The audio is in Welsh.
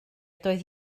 doedd